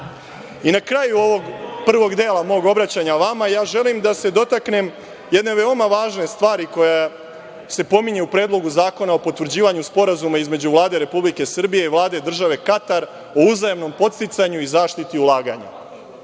kraju ovog prvog dela mog obraćanja vama, želim da se dotaknem jedne veoma važne stvari koja se pominje u Predlogu zakona o potvrđivanju sporazuma između Vlade Republike Srbije i Vlade države Katar o uzajamnom podsticanju i zaštiti ulaganja.